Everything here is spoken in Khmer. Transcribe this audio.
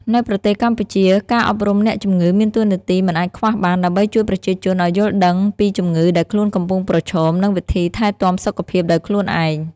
នៅប្រទេសកម្ពុជា ការអប់រំអ្នកជំងឺមានតួនាទីមិនអាចខ្វះបាន ដើម្បីជួយប្រជាជនឱ្យយល់ដឹងពីជំងឺដែលខ្លួនកំពុងប្រឈម និងវិធីថែទាំសុខភាពដោយខ្លួនឯង។